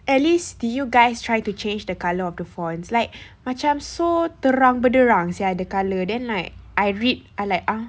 at least did you guys try to change the colour of the fonts like macam so terang benderang sia the colour then like I read I like uh